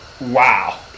Wow